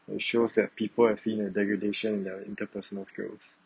it shows that people have seen a degradation in their interpersonal skills